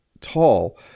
tall